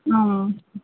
ಹಾಂ